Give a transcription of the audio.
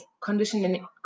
conditioning